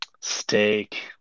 Steak